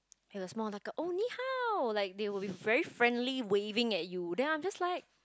it was more like oh ni hao like they were very friendly waving at you then I'm just like